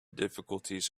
difficulties